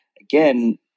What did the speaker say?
again—